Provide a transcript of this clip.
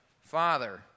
Father